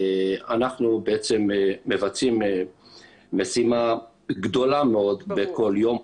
אנחנו מבצעים משימה גדולה מאוד בכל יום,